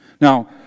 Now